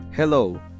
Hello